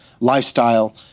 lifestyle